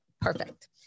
Perfect